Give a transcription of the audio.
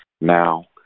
now